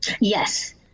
Yes